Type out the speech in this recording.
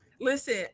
Listen